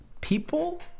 people